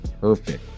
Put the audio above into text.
perfect